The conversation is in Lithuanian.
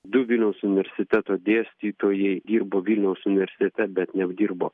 du vilniaus universiteto dėstytojai dirbo vilniaus universete bet nevdirbo